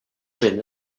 been